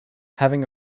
having